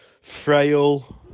frail